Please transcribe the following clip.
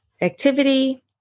activity